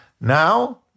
Now